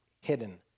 Hidden